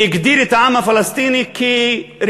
והגדיר את העם הפלסטיני כרסיס.